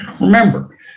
Remember